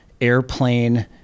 airplane